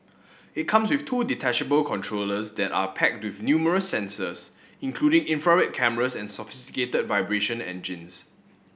it comes with two detachable controllers that are packed with numerous sensors including infrared cameras and sophisticated vibration engines